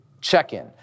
check-in